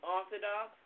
Orthodox